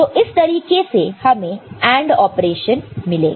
तो इस तरीके से हमें AND ऑपरेशन मिलेगा